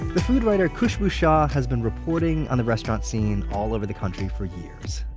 the food writer khushbu shah has been reporting on the restaurant scene all over the country for years.